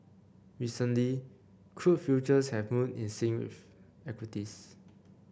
recently crude futures have moved in sync with equities